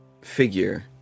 figure